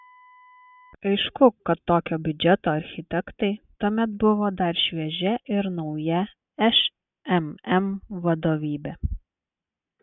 aišku kad tokio biudžeto architektai tuomet buvo dar šviežia ir nauja šmm vadovybė